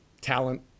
talent